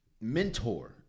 mentor